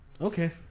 Okay